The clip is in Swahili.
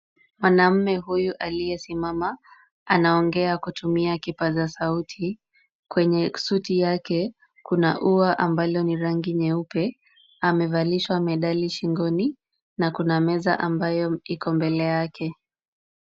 Mwanamume huyu aliyesimama anaongea kutumia kipaza sauti. Kwenye suti yake kuna ua ambalo ni rangi nyeupe, amevalishwa medali shingoni na kuna meza ambayo iko mbele yake.